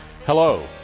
Hello